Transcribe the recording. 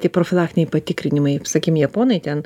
tie profilaktiniai patikrinimai sakykim japonai ten